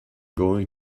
going